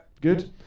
Good